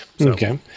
Okay